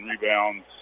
rebounds